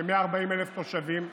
כ-140,000 תושבים,